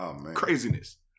craziness